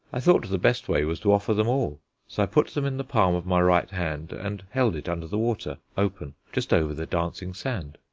i thought the best way was to offer them all, so i put them in the palm of my right hand and held it under the water, open, just over the dancing sand.